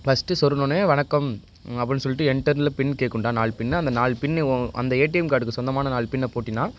first சொருகினோனே வணக்கம் அப்படின்னு சொல்லிட்டு என்டர் பின் கேட்குண்டா நாலு பின்னு அந்த நாலு பின்னு அந்த ஏடிஎம் கார்டுக்கு சொந்தமான நாலு பின்னை போட்டினால்